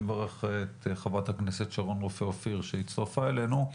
מברך את ח"כ שרון רופא אופיר שהצטרפה אלינו,